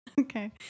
okay